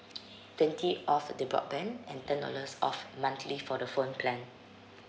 twenty off the broadband and ten dollars off monthly for the phone plan